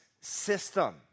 system